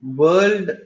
world